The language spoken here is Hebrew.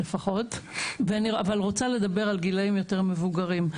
בועז, ורוצה לדבר על גילאים יותר מבוגרים.